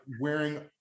wearing